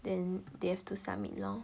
then they have to submit lor